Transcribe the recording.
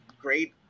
great